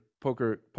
poker